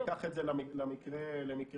אני אקח את זה למקרה הקצה.